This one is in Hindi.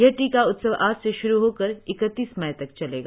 यह टीका उत्सव आज से श्रु होकर इकतीस मई तक चलेगा